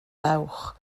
dewch